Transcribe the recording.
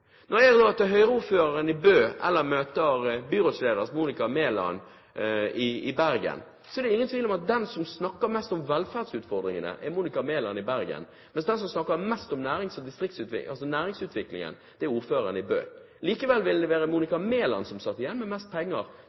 Når jeg drar til Høyre-ordføreren i Bø eller møter byrådsleder Monica Mæland i Bergen, er det ingen tvil om at den som snakker mest om velferdsutfordringene, er Monica Mæland i Bergen, den som snakker mest om næringsutviklingen, er ordføreren i Bø. Likevel ville det være Monica Mæland som satt igjen med mest penger